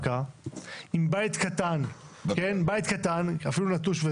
בית קטן קיבל פחות מבית גבוה,